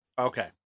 Okay